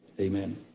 Amen